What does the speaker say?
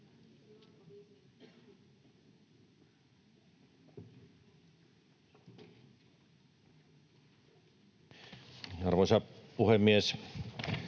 Arvoisa puhemies!